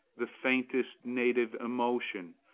the faintest native emotion,